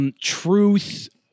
Truth